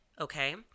okay